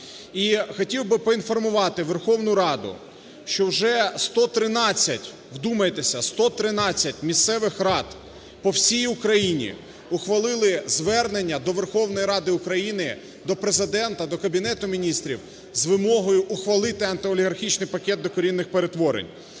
хотів би поінформувати Верховну Раду, що вже 113, вдумайтеся, 113 місцевих рад по всій Україні ухвалили звернення до Верховної Ради України, до Президента, до Кабінету Міністрів з вимогою ухвалити антиолігархічний пакет докорінних перетворень.